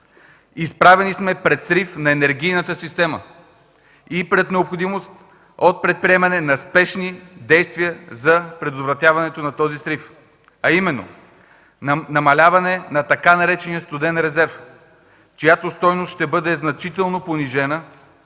изправени сме пред срив на енергийната система и пред необходимост от предприемане на спешни действия за предотвратяването на този срив, а именно: 1. Намаляване на така наречения студен резерв, чиято стойност ще бъде значително понижена